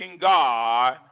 God